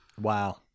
Wow